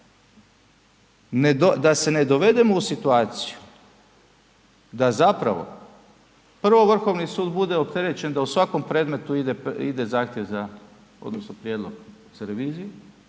da se ne dovedemo u situaciju da zapravo prvo Vrhovni sud bude opterećen da u svakom predmetu ide zahtjev za odnosno prijedlog za reviziju.